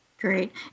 Great